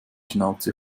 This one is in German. schnauze